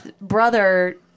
brother